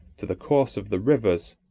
to the course of the rivers,